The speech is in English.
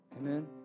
Amen